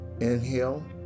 inhale